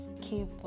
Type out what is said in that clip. keep